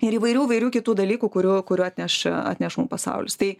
ir įvairių įvairių kitų dalykų kurių kurių atneš atneš mum pasaulis tai